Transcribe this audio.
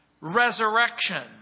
resurrection